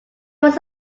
was